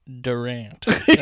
Durant